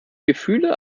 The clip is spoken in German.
gefühle